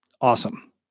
Awesome